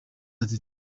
ati